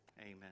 Amen